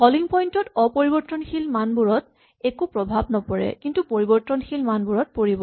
calling point ত অপৰিবৰ্তনশীল মানবোৰত একো প্ৰভাৱ নপৰে কিন্তু পৰিবৰ্তনশীল মানবোৰত পৰিব